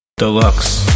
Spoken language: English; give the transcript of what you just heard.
Deluxe